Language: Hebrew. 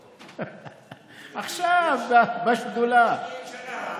עכשיו, בשדולה.